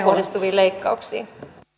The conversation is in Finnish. kohdistuviin leikkauksiin arvoisa